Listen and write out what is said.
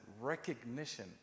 recognition